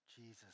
Jesus